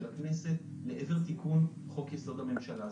הכנסת לעבר תיקון חוק-יסוד: הממשלה.